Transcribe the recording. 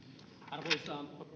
arvoisa rouva